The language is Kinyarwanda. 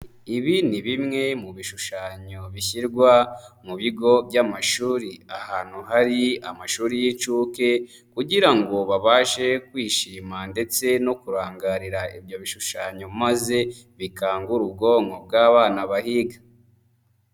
Ibi ni bimwe mu bishushanyo bishyirwa mu bigo by'amashuri ahantu hari amashuri y'inshuke kugira ngo babashe kwishima ndetse no kurangarira ibyo bishushanyo maze bikangure ubwonko bw'abana bahiga.